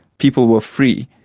people were free.